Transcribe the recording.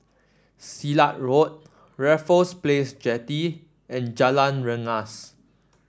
Silat Road Raffles Place Jetty and Jalan Rengas